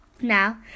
Now